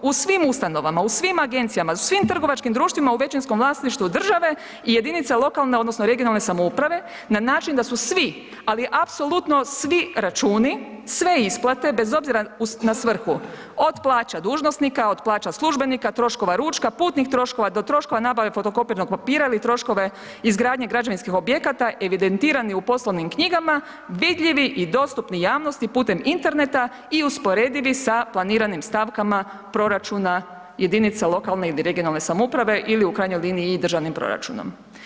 U svim ustanovama, u svim agencijama, u svim trgovačkim društvima u većinskom vlasništvu države i jedinicama lokalne odnosno regionalne samouprave na način da su svi, ali apsolutno svi računi, sve isplate, bez obzira na svrhu, od plaća dužnosnika, od plaća službenika, troškova ručka, putnih troškova do troškove nabave fotokopirnog papira ili troškove izgradnje građevinskih objekata, evidentirani u poslovnim knjigama vidljivi i dostupni javnosti putem interneta i usporedivi sa planiranim stavkama proračuna lokalne ili regionalne samouprave ili u krajnjoj liniji i državnim proračunom.